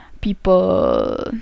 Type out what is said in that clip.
people